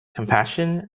compassion